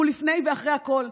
והוא לפני ואחרי הכול,